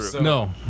No